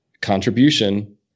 contribution